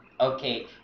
Okay